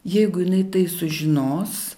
jeigu jinai tai sužinos